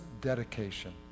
dedication